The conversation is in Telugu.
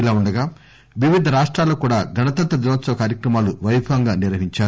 ఇలాఉండగా వివిధ రాష్టాల్లో కూడా గణతంత్ర దినోత్సవ కార్యక్రమాలు వైభవంగా నిర్వహించారు